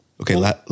Okay